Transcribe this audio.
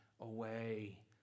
away